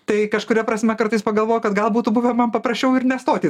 tai kažkuria prasme kartais pagalvoju kad gal būtų buvę man paprasčiau ir nestoti